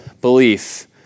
belief